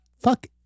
Fuck